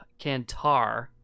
kantar